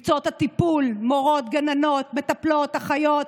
ומקצועות הטיפול, מורות, גננות, מטפלות, אחיות,